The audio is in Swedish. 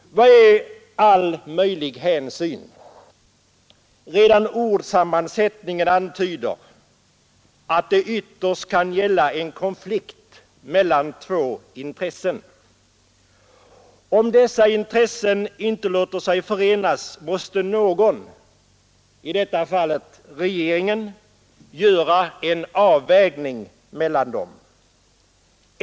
Vad är ”all möjlig” hänsyn? Redan ordsammansättningen antyder att det ytterst kan gälla en konflikt mellan två intressen. Om dessa intressen inte låter sig förenas måste någon — i detta fall regeringen — göra en avvägning mellan dem.